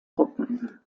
gruppen